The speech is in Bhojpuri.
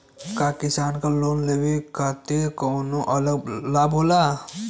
का किसान के लोन लेवे खातिर कौनो अलग लाभ बा?